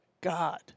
God